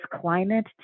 climate